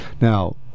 Now